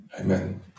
Amen